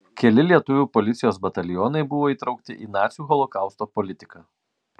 keli lietuvių policijos batalionai buvo įtraukti į nacių holokausto politiką